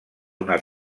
una